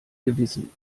gewissen